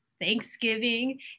Thanksgiving